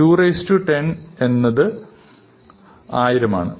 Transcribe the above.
2 10 എന്നത് അത് 1000 ആണ്